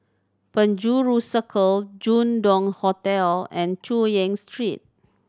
Penjuru Circle Jin Dong Hotel and Chu Yen Street